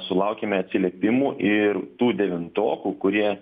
sulaukėme atsiliepimų ir tų devintokų kurie